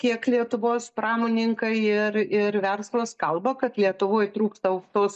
kiek lietuvos pramonininkai ir ir verslas kalba kad lietuvoj trūksta aukštos